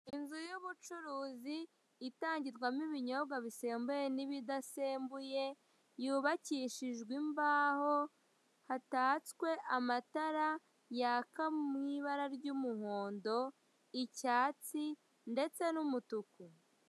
Inzu y'ubucuruzi itangirwamo ibinyobwa bisembuye n'ibidasembuye, yubakishijwe imbaho hatatswe amatara yaka mu ibara ry'umuhondo, icyatsi, ndetse n'umutuku.